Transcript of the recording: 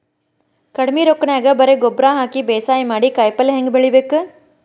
ಕಡಿಮಿ ರೊಕ್ಕನ್ಯಾಗ ಬರೇ ಗೊಬ್ಬರ ಹಾಕಿ ಬೇಸಾಯ ಮಾಡಿ, ಕಾಯಿಪಲ್ಯ ಹ್ಯಾಂಗ್ ಬೆಳಿಬೇಕ್?